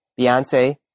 Beyonce